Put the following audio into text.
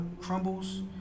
crumbles